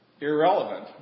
Irrelevant